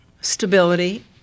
Stability